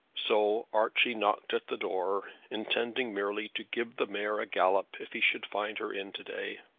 so archie knocked at the door, intending merely to give the mare a gallop if he should find her in to-day.